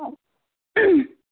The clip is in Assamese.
অঁ